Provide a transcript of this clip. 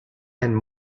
and